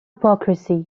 hypocrisy